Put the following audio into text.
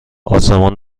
آسمان